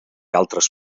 altres